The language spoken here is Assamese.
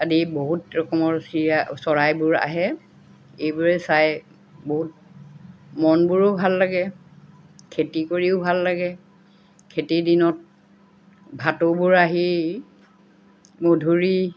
আদি বহুত ৰকমৰ চিৰা চৰাইবোৰ আহে এইবোৰে চাই বহুত মনবোৰো ভাল লাগে খেতি কৰিও ভাল লাগে খেতিৰ দিনত ভাটৌবোৰ আহি মধুৰি